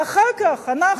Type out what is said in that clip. ואחר כך אנחנו,